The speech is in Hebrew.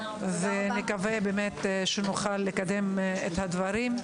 נקווה באמת שנוכל לקדם את הדברים,